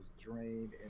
drained